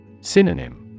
Synonym